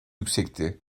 yüksekti